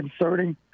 inserting